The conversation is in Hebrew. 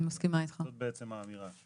זו בעצם האמירה.